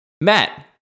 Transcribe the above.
matt